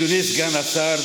אדוני סגן השר,